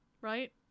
Right